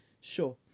sure